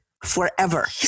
forever